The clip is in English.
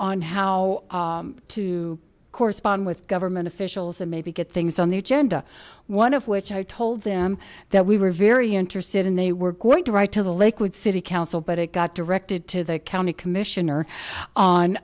on how to correspond with government officials and maybe get things on the agenda one of which i told them that we were very interested and they were going to write to the lakewood city council but it got directed to the county commissioner on